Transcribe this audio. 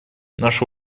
наш